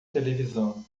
televisão